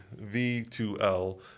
V2L